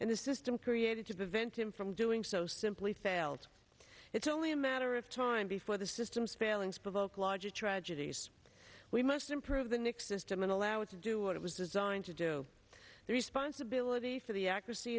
and the system created to prevent him from doing so simply fails it's only a matter of time before the system's failings provoke larger tragedies we must improve the nics system and allow it to do what it was designed to do the responsibility for the accuracy